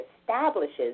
establishes